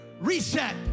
reset